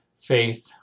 faith